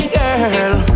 girl